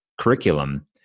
curriculum